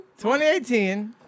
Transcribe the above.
2018